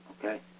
okay